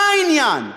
מה העניין?